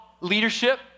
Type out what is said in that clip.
leadership